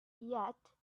yet